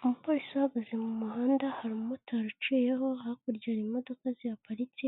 Umupolisi ahagaze mu muhanda, hari umumotari uciyeho, hakurya hari imodoka zihaparitse,